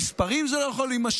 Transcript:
במספרים זה לא יכול להימשך.